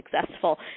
successful